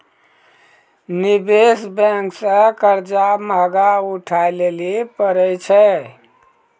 निवेश बेंक से कर्जा महगा उठाय लेली परै छै